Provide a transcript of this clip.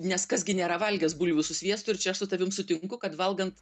nes kas gi nėra valgęs bulvių su sviestu ir čia aš su tavim sutinku kad valgant